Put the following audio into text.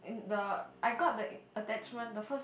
the I got the attachment the first